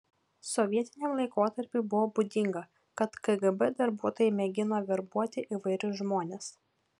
sovietiniam laikotarpiui buvo būdinga kad kgb darbuotojai mėgino verbuoti įvairius žmones